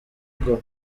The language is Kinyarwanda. goma